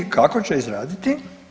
Kako će izraditi?